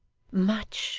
much,